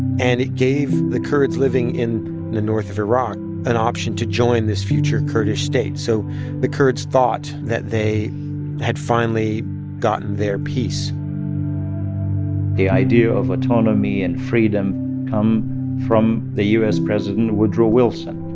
and it gave the kurds living in the north of iraq an option to join this future kurdish state. so the kurds thought that they had finally gotten their piece the idea of autonomy and freedom come from the u s. president woodrow wilson,